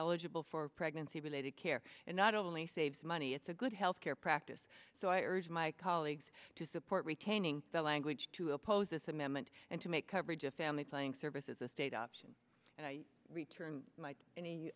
eligible for pregnancy related care and not only saves money it's a good health care practice so i urge my colleagues to support retaining the language to oppose this amendment and to make coverage a family planning services a state option and return